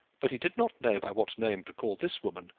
but he did not know by what name to call this woman,